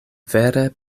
vere